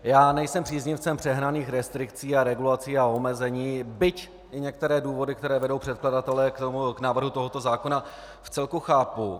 Já nejsem příznivcem přehnaných restrikcí, regulací a omezení, byť i některé důvody, které vedou předkladatele k návrhu tohoto zákona, vcelku chápu.